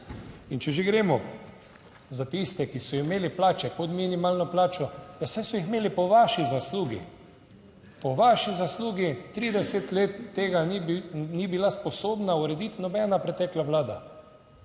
In če že gremo za tiste, ki so imeli plače pod minimalno plačo, ja saj so jih imeli po vaši zaslugi. Po vaši zaslugi 30 let tega ni bila sposobna urediti nobena pretekla vlada.